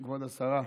כבוד השרה,